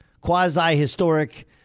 quasi-historic